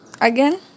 again